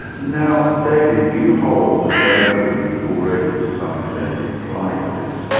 now david, you hold, don't you, and you've already to some extent implied this,